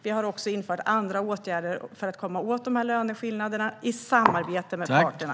Vi har också vidtagit andra åtgärder för att komma åt löneskillnaderna i samarbete med parterna.